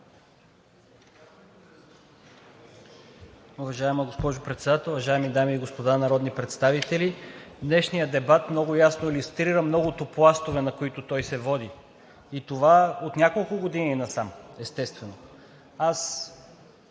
Уважаема госпожо Председател, уважаеми дами и господа народни представители! Днешният дебат много ясно илюстрира многото пластове, на които той се води, и това е от няколко години насам, естествено. Аз